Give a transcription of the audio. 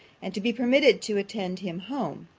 and to be permitted to attend him home.